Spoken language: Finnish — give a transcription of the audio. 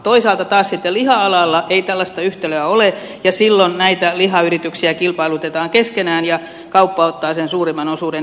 toisaalta taas sitten liha alalla ei tällaista yhtälöä ole ja silloin näitä lihayrityksiä kilpailutetaan keskenään ja kauppa ottaa sen suurimman osuuden